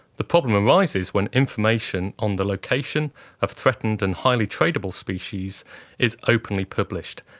the problem arises when information on the location of threatened and highly tradable species is openly published,